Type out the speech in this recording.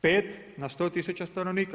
5 na 100 tisuća stanovnika.